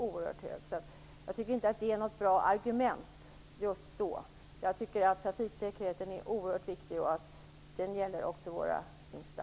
Jag tycker inte att detta är något bra argument. Trafiksäkerheten är oerhört viktig, och den gäller också våra yngsta.